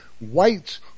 whites